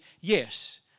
yes